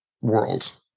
world